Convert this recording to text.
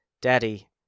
Daddy